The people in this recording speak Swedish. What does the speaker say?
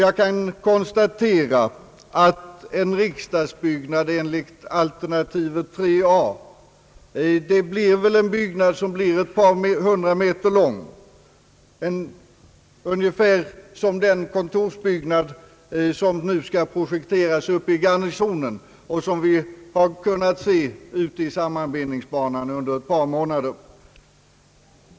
Jag kan konstatera att en riksdagsbyggnad enligt alternativet 3 a blir en byggnad på ett par hundra meters längd, ungefär som den kontorsbyggnad som nu skall projekteras för kvarteret Garnisonen och som vi har kunnat ta del av ute i sammanbindningsbanan under ett par månaders tid.